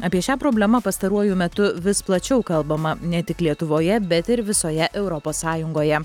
apie šią problemą pastaruoju metu vis plačiau kalbama ne tik lietuvoje bet ir visoje europos sąjungoje